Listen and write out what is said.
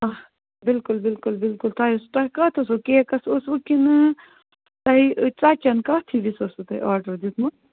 بِلکُل بِلکُل بِلکُل تۄہہِ اوسوٕ تۄہہِ کَتھ اوسوٕ کیکس اوسوٕ کِنہٕ تۄہہِ ژۄچن کَتھ ہِوِس اوسوٕ تۄہہِ آرڈر دیُتمُت